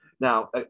Now